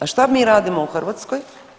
A što mi radimo u Hrvatskoj?